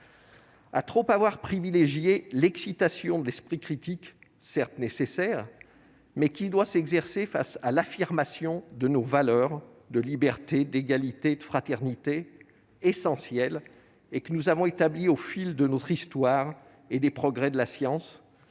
à trop avoir privilégié l'excitation d'esprit critique certes nécessaire mais qui doit s'exercer face à l'affirmation de nos valeurs de liberté, d'égalité, de fraternité essentiel et que nous avons établis au fil de notre histoire et des progrès de la science